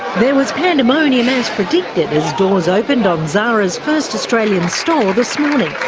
there was pandemonium as predicted as doors opened on zara's first australian store this morning.